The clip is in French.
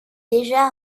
déjà